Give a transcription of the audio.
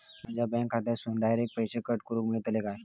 माझ्या बँक खात्यासून डायरेक्ट पैसे कट करूक मेलतले काय?